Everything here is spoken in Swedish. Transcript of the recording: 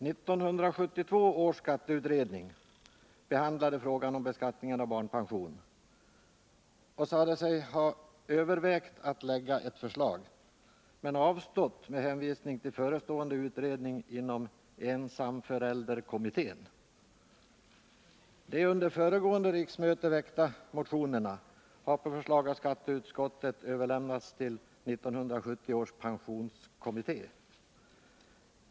1972 års skatteutredning behandlade frågan om beskattningen av barnpension och sade sig ha övervägt att lägga ett förslag men avstått med hänvisning till förestående utredning inom ensamförälderkommittén. De under föregående riksmöte väckta motionerna har på förslag av skatteutskottet överlämnats till 1970 års pensionskommitté.